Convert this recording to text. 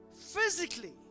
physically